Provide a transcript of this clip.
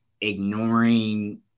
ignoring